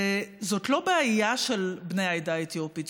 זאת לא בעיה של בני העדה האתיופית,